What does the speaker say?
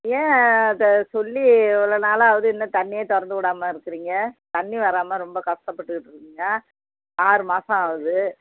ஏன் த சொல்லி இவ்வளோ நாளாகுது இன்னும் தண்ணியே திறந்து விடாம இருக்கிறிங்க தண்ணி வராமல் ரொம்ப கஷ்டப்பட்டுக்கிட்ருக்குங்க ஆறு மாதம் ஆகுது